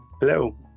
Hello